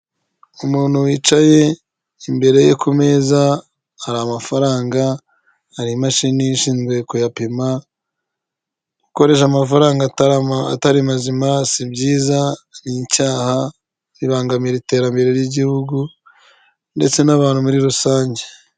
Umuntu wicaye imbere ye ku meza hari amafaranga hari imashini ishinzwe kuyapima. Gukoresha amafaranga atari mazima si byiza n'icyaha bibangamira iterambere ry'igihugu, ndetse n'abantu muri rusange.